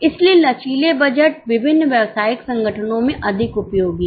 इसलिए लचीले बजट विभिन्न व्यावसायिक संगठनों में अधिक उपयोगी हैं